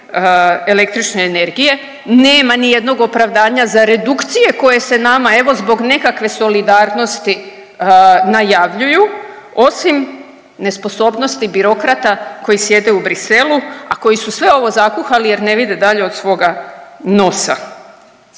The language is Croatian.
električne energije, nema nijednog opravdanja za redukcije koje se nama evo zbog nekakve solidarnosti najavljuju, osim nesposobnosti birokrata koji sjede u Bruxellesu, a koji su sve ovo zakuhali jer ne vide dalje od svoga nosa.